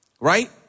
right